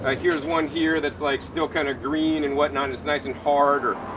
ah here's one here that's like still kind of green and what not and it's nice and hard.